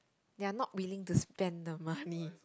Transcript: they are not willing to spend the money